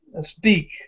Speak